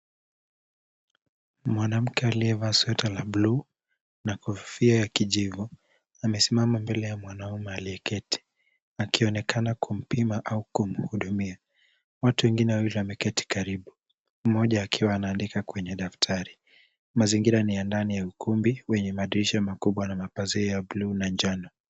Mwanamke aliyevaa sweta la bluu na kofia ya kijivu amesimama mbele ya mwanaume aliyeketi akionekana kumpima au kumhudumia. Watu wawili wameketi karibu. Mmoja akiwa anaandika kwenye daftari. Mazingira ni ya ndani ya ukumbi wenye madirisha makubwa na mapazia ya bluu na njano.